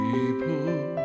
People